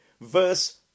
Verse